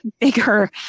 bigger